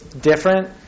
different